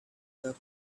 the